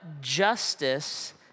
justice